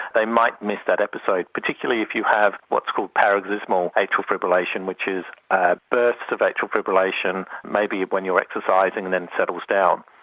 they might miss that episode, particularly if you have what's called paroxysmal atrial fibrillation which is ah bursts of atrial fibrillation maybe when you are exercising and then settles down.